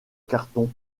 cartons